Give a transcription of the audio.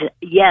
yes